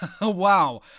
Wow